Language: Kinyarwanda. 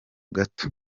gato